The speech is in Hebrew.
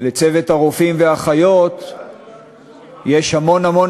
לצוות הרופאים והאחיות יש המון המון